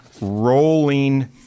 rolling